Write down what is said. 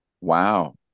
wow